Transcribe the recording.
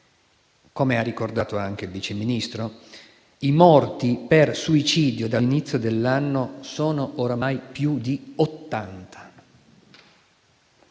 Come ha ricordato anche il Vice Ministro, i morti per suicidio dall'inizio dell'anno sono oramai più di